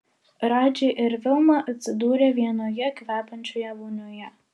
radži ir vilma atsidūrė vienoje kvepiančioje vonioje